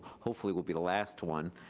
hopefully will be the last one